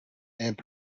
and